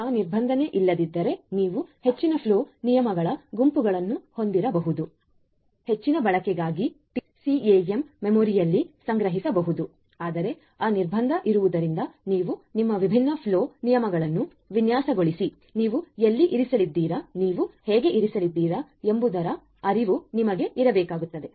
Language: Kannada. ಆ ನಿರ್ಬಂಧ ಇಲ್ಲದಿದ್ದರೆ ನೀವು ಹೆಚ್ಚಿನ ಫ್ಲೋ ನಿಯಮಗಳ ಗುಂಪುಗಳನ್ನು ಹೊಂದಿರಬಹುದು ಎಲ್ಲವನ್ನೂ ಹೆಚ್ಚಿನ ಬಳಕೆಗಾಗಿ ಟಿಸಿಎಎಂ ಮೆಮೊರಿಯಲ್ಲಿ ಸಂಗ್ರಹಿಸಬಹುದು ಆದರೆ ಆ ನಿರ್ಬಂಧ ಇರುವುದರಿಂದ ನೀವು ನಿಮ್ಮ ವಿಭಿನ್ನ ಫ್ಲೋ ನಿಯಮಗಳನ್ನು ವಿನ್ಯಾಸಗೊಳಿಸಿ ನೀವು ಎಲ್ಲಿ ಇರಿಸಲಿದ್ದೀರಿ ನೀವು ಹೇಗೆ ಇರಿಸಲಿದ್ದೀರಿ ಎಂಬುದರ ಅರಿವು ನಿಮಗೆ ಇರಬೇಕಾಗುತ್ತದೆ